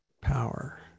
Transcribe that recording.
power